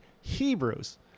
Hebrews